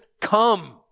come